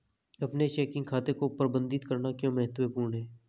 अपने चेकिंग खाते को प्रबंधित करना क्यों महत्वपूर्ण है?